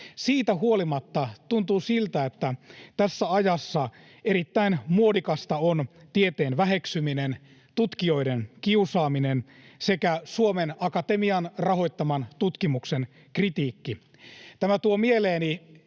Siitä huolimatta tuntuu, että tässä ajassa erittäin muodikasta on tieteen väheksyminen, tutkijoiden kiusaaminen sekä Suomen Akatemian rahoittaman tutkimuksen kritiikki. Tämä tuo mieleeni